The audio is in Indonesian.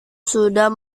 sudah